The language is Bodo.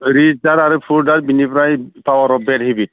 रिच डेड पुवर डेड आरो बेनिफ्राय पावार अफ बेड हेबिट